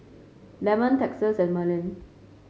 Lemon Texas and Merlin